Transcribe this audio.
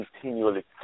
continually